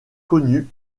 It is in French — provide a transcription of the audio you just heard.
connu